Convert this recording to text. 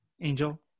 Angel